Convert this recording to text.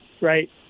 right